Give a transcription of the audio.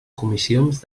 comissions